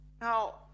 Now